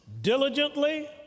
diligently